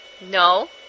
No